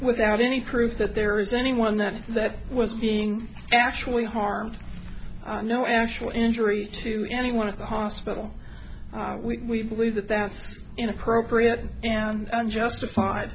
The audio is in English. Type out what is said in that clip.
without any proof that there is anyone that that was being actually harmed no actual injury to any one of the hospital we believe that that's inappropriate and unjustified